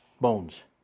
Bones